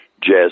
jazz